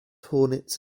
hornets